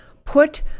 put